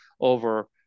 over